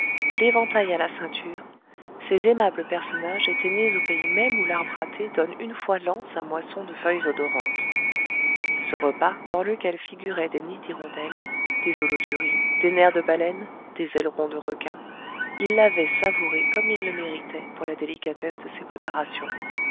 l'éventail à la ceinture ces aimables personnages étaient nés au pays même où l'arbre à thé donne une fois l'an sa moisson de feuilles odorantes ce repas dans lequel figuraient des nids d'hirondelle des holothuries des nerfs de baleine des ailerons de requin ils l'avaient savouré comme il le méritait pour la délicatesse de ses préparations